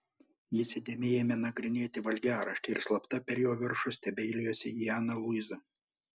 jis įdėmiai ėmė nagrinėti valgiaraštį ir slapta per jo viršų stebeilijosi į aną luizą